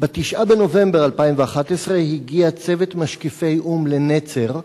ב-9 בנובמבר 2011 הגיע צוות משקיפי או"ם לנצר,